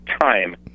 time